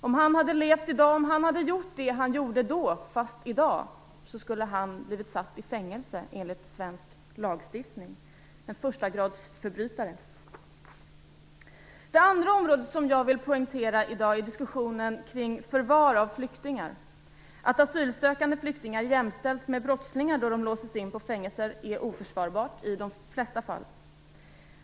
Om han hade levt och i dag gjort det han gjorde då skulle han ha blivit satt i fängelse, enligt svensk lagstiftning som en förstagradsförbrytare. Det andra området som jag vill poängtera i dag är diskussionen kring förvar av flyktingar. Att asylsökande flyktingar jämställs med brottslingar då de låses in på fängelser är oförsvarbart i de flesta fall.